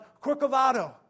Corcovado